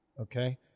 Okay